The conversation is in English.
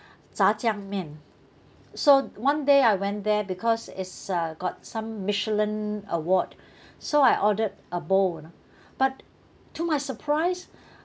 炸酱面 so one day I went there because it's uh got some michelin award so I ordered a bowl you know but to my surprise